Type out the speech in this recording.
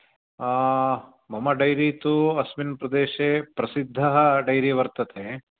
मम डैरी तु अस्मिन् प्रदेशे प्रसिद्धः डैरी वर्तते